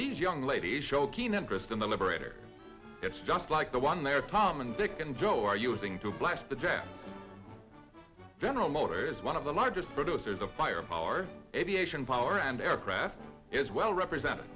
these young ladies show keen interest in the liberator it's just like the one where tom and dick and joe are using to blast the jets general motors one of the largest producers of firepower aviation power and aircraft is well represented